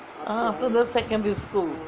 after that secondary school